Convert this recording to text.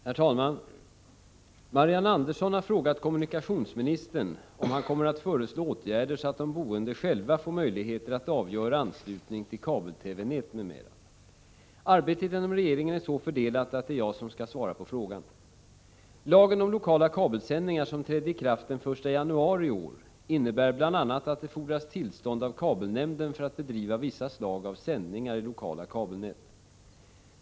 Herr talman! Marianne Andersson har frågat kommunikationsministern om han kommer att föreslå åtgärder, så att de boende själva får möjligheter att avgöra anslutning till kabel-TV-nät m.m. Arbetet inom regeringen är så fördelat att det är jag som skall svara på frågan. Lagen om lokala kabelsändningar, som trädde i kraft den 1 januari i år, innebär bl.a. att det fordras tillstånd av kabelnämnden för att bedriva vissa slag av sändningar i lokala kabelnät.